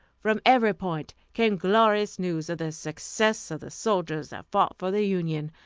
from every point came glorious news of the success of the soldiers that fought for the union.